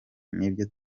n’ibyo